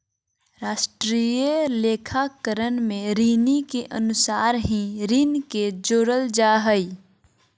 राष्ट्रीय लेखाकरण में ऋणि के अनुसार ही ऋण के जोड़ल जा हइ